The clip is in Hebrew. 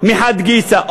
מחד גיסא,